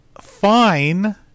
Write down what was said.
fine